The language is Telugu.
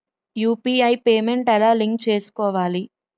యు.పి.ఐ పేమెంట్ ఎలా లింక్ చేసుకోవాలి?